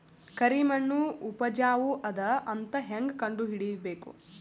ಕರಿಮಣ್ಣು ಉಪಜಾವು ಅದ ಅಂತ ಹೇಂಗ ಕಂಡುಹಿಡಿಬೇಕು?